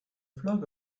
flock